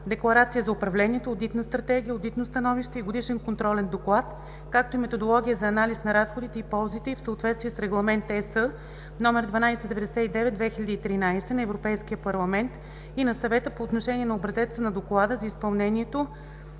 декларация за управлението, одитна стратегия, одитно становище и годишен контролен доклад, както и методология за анализ на разходите и ползите и, в съответствие с Регламент(EC) № 1299/2013 на Европейския парламент и на Съвета, по отношение на образеца на доклади за изпълнението